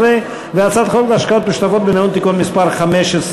15). הצעת חוק השקעות משותפות בנאמנות (תיקון מס' 15)